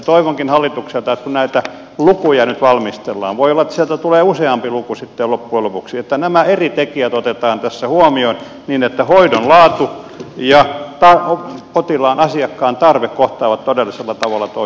toivonkin hallitukselta kun näitä lukuja nyt valmistellaan voi olla että sieltä tulee useampi luku sitten loppujen lopuksi että nämä eri tekijät otetaan tässä huomioon niin että hoidon laatu ja potilaan asiakkaan tarve kohtaavat todellisella tavalla toisensa